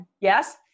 Yes